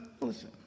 listen